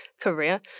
career